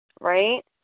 right